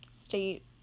state